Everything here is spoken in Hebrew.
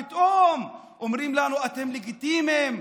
ופתאום אומרים לנו: אתם לגיטימיים,